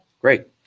Great